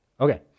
Okay